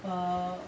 err